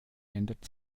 ändert